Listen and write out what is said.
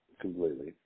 completely